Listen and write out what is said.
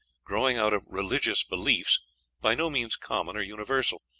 growing out of religious beliefs by no means common or universal,